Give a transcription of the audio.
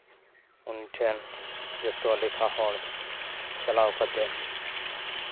ᱩᱱᱤᱴᱷᱮᱱ ᱡᱚᱛᱚ ᱫᱮᱠᱷᱟ ᱦᱚᱲ ᱪᱟᱞᱟᱣ ᱠᱟᱛᱮᱫ